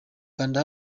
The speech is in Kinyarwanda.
kanda